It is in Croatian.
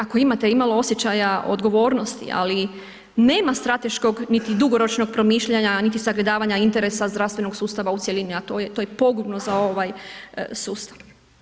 Ako imate imalo osjećaja odgovornosti ali nema strateškog niti dugoročnog promišljanja niti sagledavanja interesa zdravstvenog sustava u cjelini a to je pogubno za ovaj sustav.